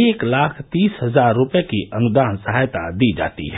एक लाख तीस हजार रुपए की अनुदान सहायता दी जाती है